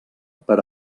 per